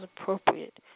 appropriate